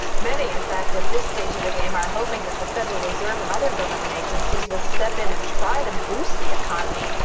many, in fact, at this stage of the game, are hoping that the federal reserve and other government agencies will step in and try to boost the economy.